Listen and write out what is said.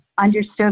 understood